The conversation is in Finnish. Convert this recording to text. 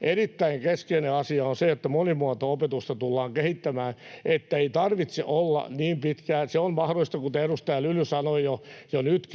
erittäin keskeinen asia on se, että monimuoto-opetusta tullaan kehittämään, ettei tarvitse olla niin pitkään... Se on mahdollista jo nytkin, kuten edustaja Lyly sanoi, mutta